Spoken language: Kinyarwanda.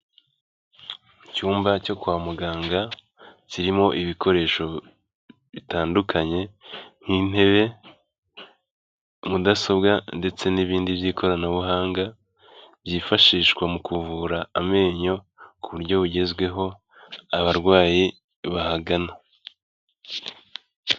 Icyumba cyo kwa muganga kirimo ibikoresho bitandukanye nk'intebe, mudasobwa ndetse n'ibindi by'ikoranabuhanga, byifashishwa mu kuvura amenyo ku buryo bugezweho, abarwayi bahagana.